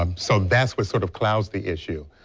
um so that's what sort of clouds the issue.